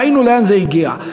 וראינו לאן זה הגיע.